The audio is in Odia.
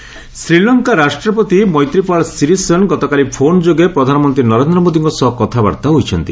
ମୋଦି ଲଙ୍କା ଶ୍ରୀଲଙ୍କା ରାଷ୍ଟ୍ରପତି ମୈତ୍ରିପାଳ ସିରିସେନ ଗତକାଲି ଫୋନ୍ ଯୋଗେ ପ୍ରଧାନମନ୍ତ୍ରୀ ନରେନ୍ଦ୍ର ମୋଦିଙ୍କ ସହ କଥାବାର୍ତ୍ତା ହୋଇଛନ୍ତି